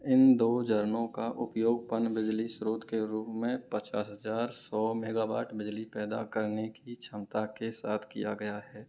इन दो झरनों का उपयोग पनबिजली स्रोत के रूप में पचास हजार सौ मेगावाट बिजली पैदा करने की क्षमता के साथ किया गया है